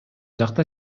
жакта